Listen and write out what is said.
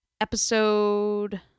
episode